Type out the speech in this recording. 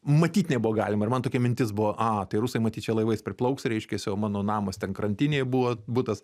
matyt nebuvo galima ir man tokia mintis buvo a tai rusai matyt čia laivais priplauks reiškiasi o mano namas ten krantinėj buvo butas